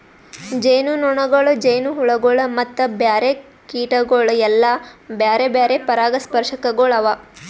ಜೇನುನೊಣಗೊಳ್, ಜೇನುಹುಳಗೊಳ್ ಮತ್ತ ಬ್ಯಾರೆ ಕೀಟಗೊಳ್ ಎಲ್ಲಾ ಬ್ಯಾರೆ ಬ್ಯಾರೆ ಪರಾಗಸ್ಪರ್ಶಕಗೊಳ್ ಅವಾ